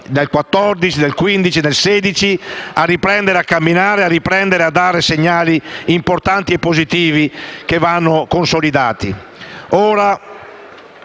nel 2014, nel 2015 e nel 2016, a riprendere a camminare e a dare segnali importanti e positivi, che vanno consolidati.